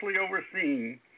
overseen